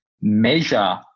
measure